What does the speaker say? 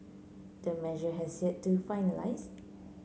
the measure has yet to finalised